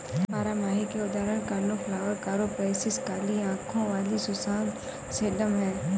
बारहमासी के उदाहरण कोर्नफ्लॉवर, कोरॉप्सिस, काली आंखों वाली सुसान, सेडम हैं